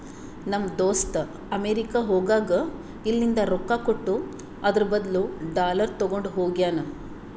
ನಮ್ ದೋಸ್ತ ಅಮೆರಿಕಾ ಹೋಗಾಗ್ ಇಲ್ಲಿಂದ್ ರೊಕ್ಕಾ ಕೊಟ್ಟು ಅದುರ್ ಬದ್ಲು ಡಾಲರ್ ತಗೊಂಡ್ ಹೋಗ್ಯಾನ್